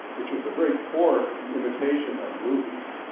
which was a very poor imitation of movies.